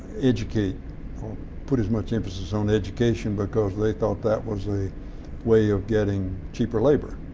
educate or put as much emphasis on education because they thought that was a way of getting cheaper labor.